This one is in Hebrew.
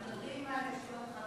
אחד ושניים?